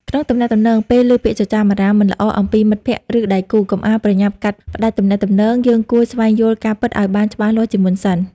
ក្នុងទំនាក់ទំនង ពេលឮពាក្យចចាមអារ៉ាមមិនល្អអំពីមិត្តភក្តិ ឬដៃគូ កុំអាលប្រញាប់កាត់ផ្តាច់ទំនាក់ទំនង យើងគួរស្វែងយល់ការពិតឲ្យបានច្បាស់លាស់ជាមុនសិន។